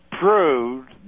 proved